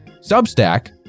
Substack